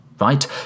Right